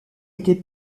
était